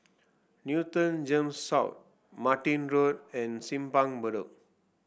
Newton Gems South Martin Road and Simpang Bedok